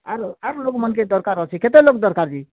ଆର୍ ଆର୍ ଲୋକମାନ୍କେ ଦରକାର୍ ଅଛି କେତେ ଲୋକ୍ ଦରକାର୍ କି